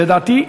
לדעתי,